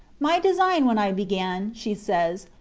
my design when i began she says,